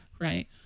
right